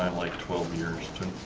um like twelve years too?